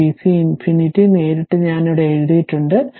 ഇത് vc ∞ നേരിട്ട് ഞാൻ ഇവിടെ എഴുതിയിട്ടുണ്ട്